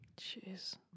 Jeez